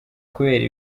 kubera